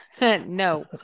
No